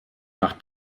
nach